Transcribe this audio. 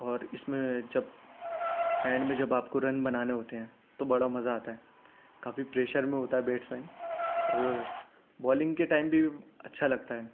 اور اس میں جب اینڈ میں جب آپ کو رن بنانے ہوتے ہیں تو بڑا مزہ آتا ہے کافی پریشر میں ہوتا ہے بیٹسمین اور بولنگ کے ٹائم بھی اچھا لگتا ہے